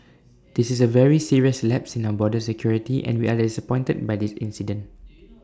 this is A very serious lapse in our border security and we are disappointed by this incident